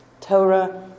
Torah